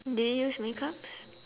do you use makeups